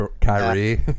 Kyrie